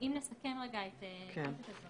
אם נסכם את הדברים,